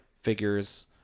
figures